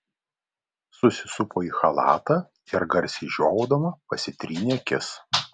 susisupo į chalatą ir garsiai žiovaudama pasitrynė akis